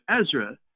Ezra